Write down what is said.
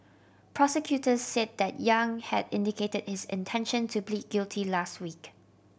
prosecutors said that Yang had indicated his intention to plead guilty last week